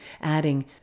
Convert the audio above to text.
adding